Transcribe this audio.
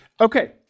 okay